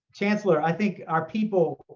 chancellor, i think our people,